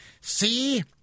See